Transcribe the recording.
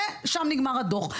ושם נגמר הדוח,